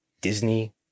Disney